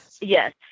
Yes